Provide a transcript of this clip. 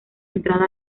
entrada